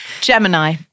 Gemini